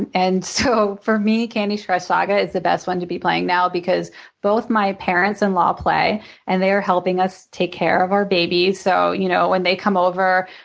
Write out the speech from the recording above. and and so for me, candy crush saga is the best one to be playing now because both my parents-in-law play and they are helping us take care of our babies. so you know when they come over,